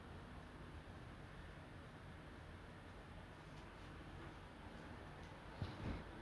probably because of the time when I was born you know like when you are a teenager நீங்க வந்து:neenga vanthu ajith தான பாப்பீங்க:thaana paappeenga